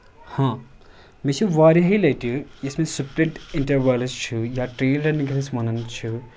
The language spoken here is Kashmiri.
ہاں مےٚ چھ واریہہِ لَٹہِ یُس مےٚ سُپٹ اِنٹروَلز چھِ یا ٹریلننگ وَنان چھِ